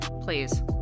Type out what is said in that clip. Please